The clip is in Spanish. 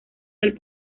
del